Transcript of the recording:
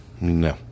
No